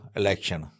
election